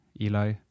Eli